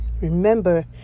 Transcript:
Remember